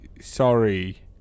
sorry